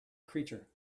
creature